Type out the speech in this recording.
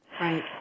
Right